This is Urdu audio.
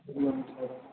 جیٹ